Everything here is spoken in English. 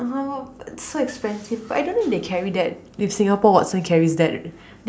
uh so expensive but I don't know if they carry that if Singapore Watson's carries that